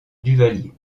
duvalier